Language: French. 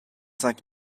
cinq